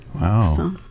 Wow